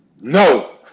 No